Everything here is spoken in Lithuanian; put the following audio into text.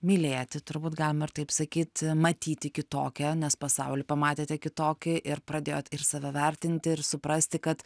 mylėti turbūt galima ir taip sakyt matyti kitokią nes pasaulį pamatėte kitokį ir pradėjot save vertinti ir suprasti kad